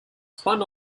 spun